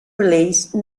release